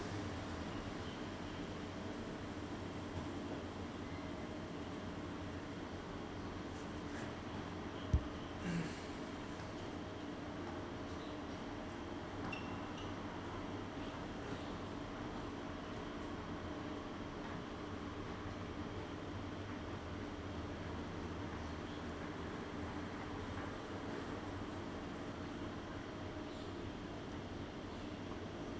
mm